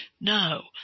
No